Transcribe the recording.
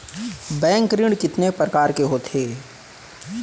Bank ऋण कितने परकार के होथे ए?